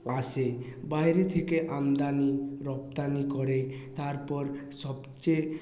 আসে বাইরে থেকে আমদানি রপ্তানি করে তারপর সবচেয়ে